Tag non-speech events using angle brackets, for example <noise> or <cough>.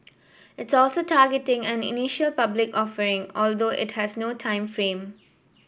it's also targeting an <unintelligible> public offering although it has no time frame